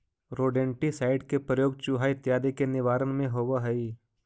rodenticide के प्रयोग चुहा इत्यादि के निवारण में होवऽ हई